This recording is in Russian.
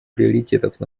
приоритетов